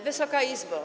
Wysoka Izbo!